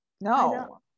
no